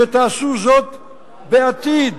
שתעשו זאת בעתיד.